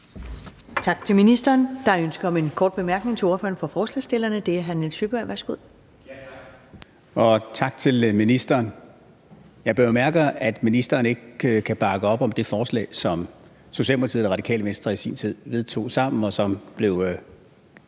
Tak til ministeren. Der er ønske om en kort bemærkning til ordføreren for forslagsstillerne. Det er hr. Nils Sjøberg. Værsgo. Kl. 11:30 Nils Sjøberg (RV): Tak, og tak til ministeren. Jeg bemærker jo, at ministeren ikke kan bakke op om det forslag, som Socialdemokratiet og Det Radikale Venstre i sin tid vedtog sammen, og som blev